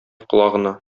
колагына